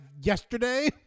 yesterday